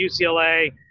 ucla